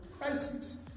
crisis